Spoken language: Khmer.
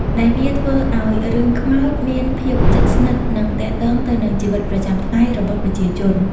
ដែលវាធ្វើឲ្យរឿងខ្មោចមានភាពជិតស្និទ្ធនិងទាក់ទងទៅនឹងជីវិតប្រចាំថ្ងៃរបស់ប្រជាជន។